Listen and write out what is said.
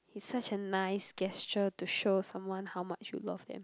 it's such a nice gesture to show someone how much you love them